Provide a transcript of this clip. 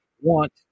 want